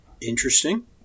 Interesting